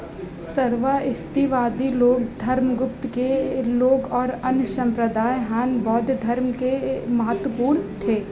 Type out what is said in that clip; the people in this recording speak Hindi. सर्वा स्त्रीवादी धर्मगुप्त के लोग और अन्य सम्प्रदाय हान बौद्ध धर्म के महत्वपूर्ण थे